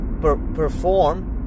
perform